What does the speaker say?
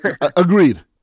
agreed